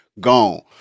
gone